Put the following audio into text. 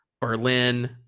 Berlin